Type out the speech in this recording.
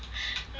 lol